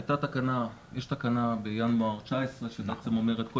הייתה תקנה בינואר 19' שאומרת שכל